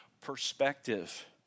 perspective